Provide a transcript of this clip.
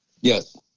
Yes